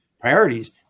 priorities